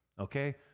okay